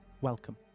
Welcome